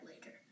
later